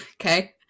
okay